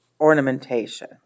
ornamentation